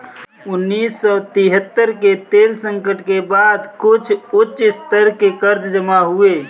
उन्नीस सौ तिहत्तर के तेल संकट के बाद कुछ उच्च स्तर के कर्ज जमा हुए